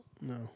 No